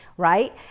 Right